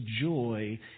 joy